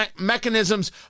mechanisms